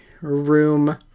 room